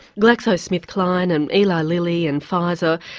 glaxo smith kline and eli lilly and pfizer,